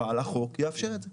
אבל החוק יאפשר את זה,